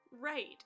Right